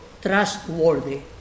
trustworthy